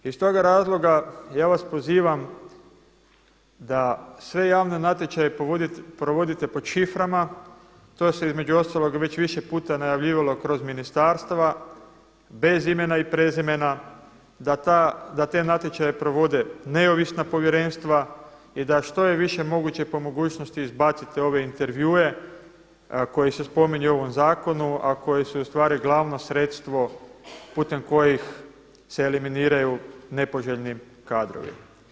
Iz toga razloga ja vas pozivam da sve javne natječaje provodite pod šiframa, to se između ostalog već više puta najavljivalo kroz ministarstva bez imena i prezimena da te natječaje provode neovisna povjerenstva i da što je više moguće po mogućnosti izbacite ove intervjue koji se spominju u ovom zakonu, a koji su ustvari glavno sredstvo putem kojih se eliminiraju nepoželjni kadrovi.